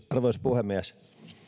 arvoisa puhemies